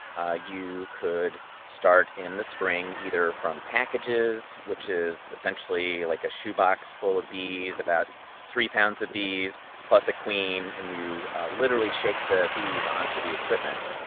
ah you could start in the spring, either from packages, which is essentially like a shoebox full of bees about three pounds of bees plus a queen and you literally shake the bees onto the equipment,